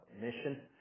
mission